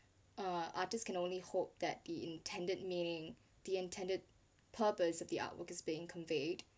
uh artist can only hope that the intended meaning the intended purpose of the artwork is being conveyed